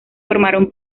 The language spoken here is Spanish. formaron